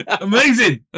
Amazing